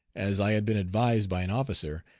as i had been advised by an officer,